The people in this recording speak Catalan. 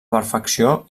perfecció